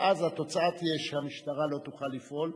ואז התוצאה תהיה שהמשטרה לא תוכל לפעול,